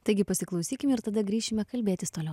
taigi pasiklausykime ir tada grįšime kalbėtis toliau